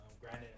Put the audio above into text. granted